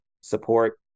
support